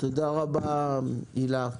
תודה רבה הילה.